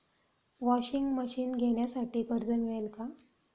Washing machine घेण्यासाठी कर्ज मिळेल का?